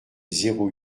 zéro